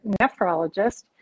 nephrologist